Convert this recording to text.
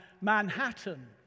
Manhattan